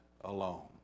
alone